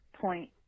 point